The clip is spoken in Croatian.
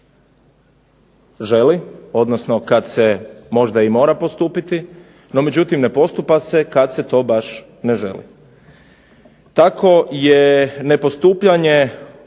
želi, odnosno kada se mora postupiti, međutim, ne postupa se kada se to baš ne želi. Tako je nepostupanje